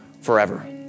forever